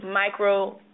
micro-